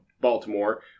Baltimore